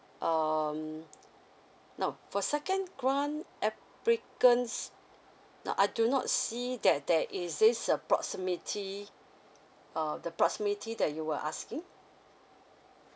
um no for second grant applicants no I do not see that there is this uh proximity um the proximity that you were asking